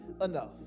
enough